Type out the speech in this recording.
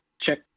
check